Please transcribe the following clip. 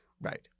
Right